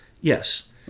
Yes